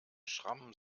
schrammen